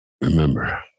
Remember